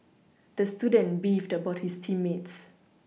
the student beefed about his team mates